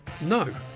No